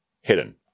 hidden